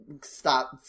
stop